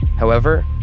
however,